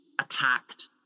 attacked